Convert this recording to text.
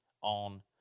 on